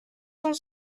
cent